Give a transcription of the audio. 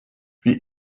wie